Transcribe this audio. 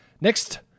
Next